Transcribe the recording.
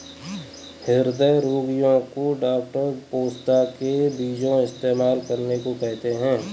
हृदय रोगीयो को डॉक्टर पोस्ता के बीजो इस्तेमाल करने को कहते है